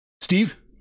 Steve